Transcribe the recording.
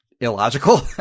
illogical